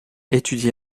étudié